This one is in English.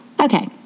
Okay